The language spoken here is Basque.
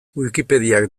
wikipediak